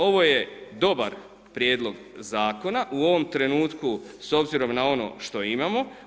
Ovo je dobar Prijedlog zakona u ovom trenutku s obzirom na ono što imamo.